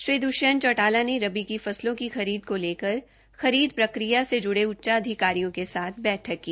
श्री दृष्यंत चौटाला ने रबी की फसलों की खरीद को लेकर खरीद प्रक्रिया से जुड़े उच्च अधिकारियों के साथ बैठक की